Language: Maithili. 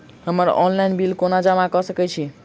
हम्मर ऑनलाइन बिल कोना जमा कऽ सकय छी?